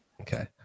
Okay